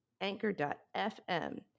anchor.fm